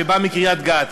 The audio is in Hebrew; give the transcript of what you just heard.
שבא מקריית-גת,